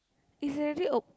it's already op